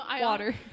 Water